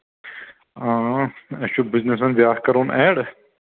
اۭں اَسہِ چھُ بِزنِس بیٛاکھ کَرُن اٮ۪ڈ